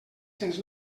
cents